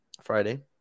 Friday